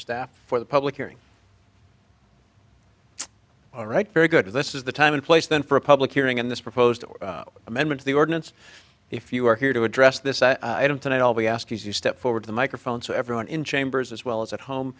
staff for the public hearing all right very good this is the time in place then for a public hearing in this proposed amendment of the ordinance if you are here to address this i don't tonight i'll be asking you step forward the microphone so everyone in chambers as well as at home